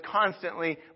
constantly